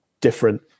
different